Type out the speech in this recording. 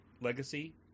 legacy